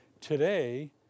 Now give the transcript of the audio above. Today